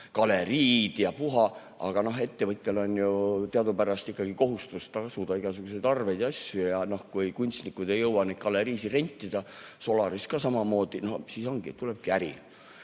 galeriid ja puha, aga ettevõtjal on ju teadupärast ikkagi kohustus tasuda igasuguseid arveid ja kunstnikud ei jõua galeriisid rentida. Solaris ka samamoodi. Ja siis tulebki äri